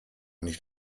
nicht